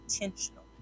intentional